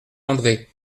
andré